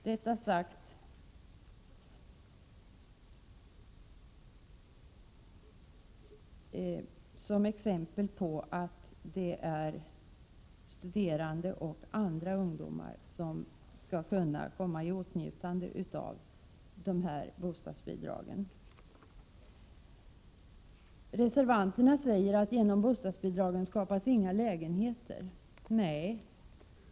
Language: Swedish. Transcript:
Detta har jag sagt som exempel på att det är studerande och andra ungdomar som skall kunna komma i åtnjutande av dessa bostadsbidrag. Reservanterna säger att inga lägenheter skapas genom bostadsbidragen.